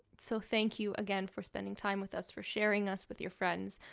so thank you again for spending time with us, for sharing us with your friends,